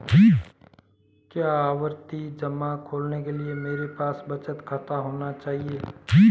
क्या आवर्ती जमा खोलने के लिए मेरे पास बचत खाता होना चाहिए?